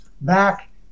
back